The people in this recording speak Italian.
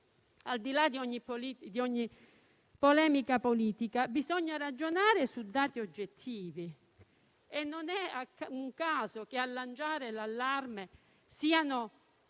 Al di là di ogni polemica politica, bisogna ragionare su dati oggettivi. Non è un caso che a lanciare l'allarme siano